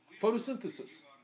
Photosynthesis